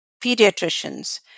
pediatricians